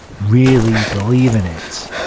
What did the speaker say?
really believe in it.